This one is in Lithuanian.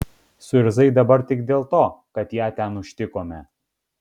suirzai dabar tik dėl to kad ją ten užtikome